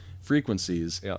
frequencies